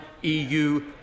EU